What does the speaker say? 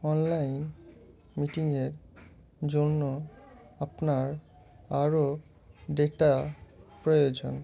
online মিটিংয়ের জন্য আপনার আরও ডেটা প্রয়োজন